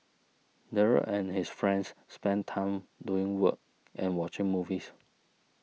Daryl and his friends spent time doing work and watching movies